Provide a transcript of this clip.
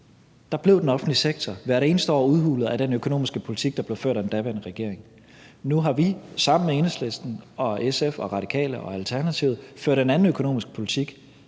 da blev den offentlige sektor hvert eneste år udhulet af den økonomiske politik, der blev ført af den daværende regering. Nu har vi sammen med Enhedslisten og SF og Radiale og Alternativet ført en anden økonomisk politik,